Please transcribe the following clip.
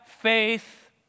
faith